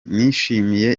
nishimiye